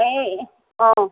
এই অঁ